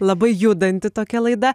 labai judanti tokia laida